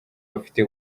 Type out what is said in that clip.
bafite